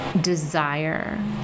desire